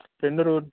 రెండు రూట్లు